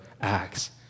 Acts